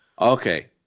Okay